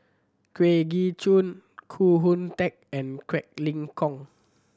Kwa Geok Choo Koh Hoon Teck and Quek Ling Kiong